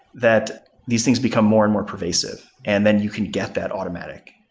that these things become more and more pervasive, and then you can get that automatic.